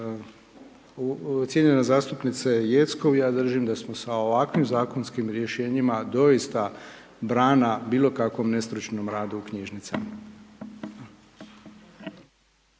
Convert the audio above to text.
Cijenjena zastupnice Jeckov, ja držim da smo sa ovakvim zakonskim rješenjima, doista brana u bilo kakvom radu u knjižnicama.